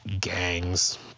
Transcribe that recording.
gangs